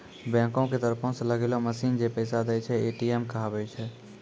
बैंको के तरफो से लगैलो मशीन जै पैसा दै छै, ए.टी.एम कहाबै छै